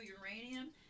uranium